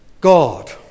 God